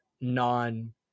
non